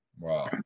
Wow